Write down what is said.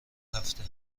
هفته